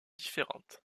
différentes